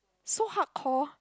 so hardcore